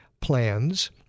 plans